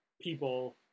people